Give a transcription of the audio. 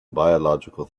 biological